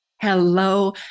Hello